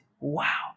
Wow